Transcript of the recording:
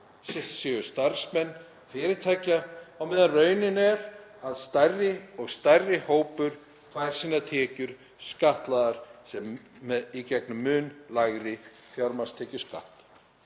sé starfsmenn fyrirtækja á meðan raunin er að stærri og stærri hópur fær sínar tekjur skattlagðar í gegnum mun lægri fjármagnstekjuskatt.